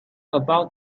about